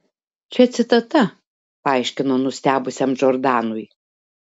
čia citata paaiškino nustebusiam džordanui